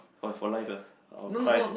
for for life ah I will cry sia